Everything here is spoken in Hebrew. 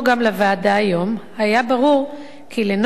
היה ברור כי לנוכח הבעייתיות בפועל,